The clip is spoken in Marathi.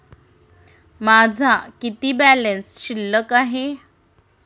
माझा किती बॅलन्स शिल्लक आहे?